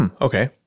Okay